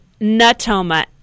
Natoma